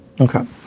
Okay